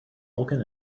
vulkan